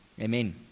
Amen